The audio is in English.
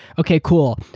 okay, cool.